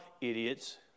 idiots